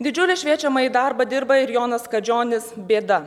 didžiulį šviečiamąjį darbą dirba ir jonas kadžionis bėda